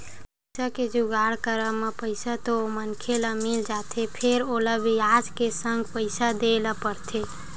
पइसा के जुगाड़ करब म पइसा तो ओ मनखे ल मिल जाथे फेर ओला बियाज के संग पइसा देय ल परथे